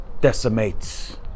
decimates